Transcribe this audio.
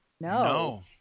No